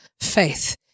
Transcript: faith